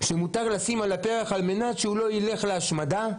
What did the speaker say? שמותר לשים על הפרח, על מנת שהוא לא ילך להשמדה.